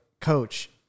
coach